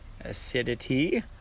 acidity